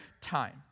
time